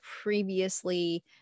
previously